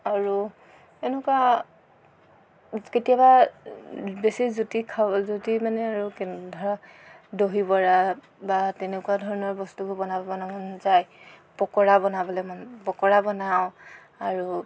আৰু এনেকুৱা কেতিয়াবা বেছি জুতি খাব জুতি মানে আৰু কেনে ধৰা দহি বৰা বা তেনেকুৱা ধৰণৰ বস্তুবোৰ বনাব মন যায় পকোৰা বনাবলে মন পকোৰা বনাওঁ আৰু